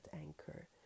anchor